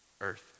earth